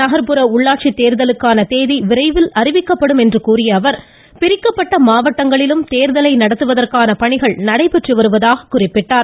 நகர்ப்புற உள்ளாட்சித் தேர்தலுக்கான தேதி விரைவில் அறிவிக்கப்படும் என்று கூறிய அவர் பிரிக்கப்பட்ட மாவட்டங்களிலும் தேர்தலை நடத்துவதற்கான பணிகள் நடைபெற்று வருவதாக குறிப்பிட்டார்